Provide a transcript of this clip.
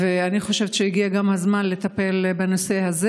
אני חושבת שהגיע הזמן לטפל גם בנושא הזה.